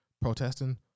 protesting